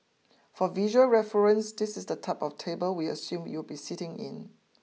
for visual reference this is the type of table we assume you will be sitting in